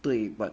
对 but